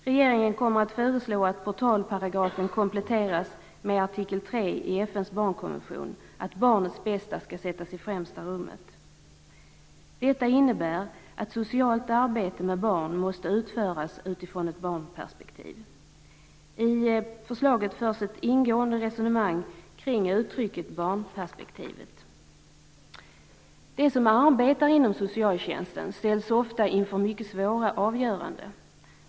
Regeringen kommer att föreslå att portalparagrafen kompletteras med artikel 3 i FN:s barnkonvention om att barnets bästa skall sättas i främsta rummet. Detta innebär att socialt arbete med barn måste utföras utifrån ett barnperspektiv. I förslaget förs ett ingående resonemang kring uttrycket barnperspektiv. De som arbetar inom socialtjänsten ställs ofta inför mycket svåra avgöranden.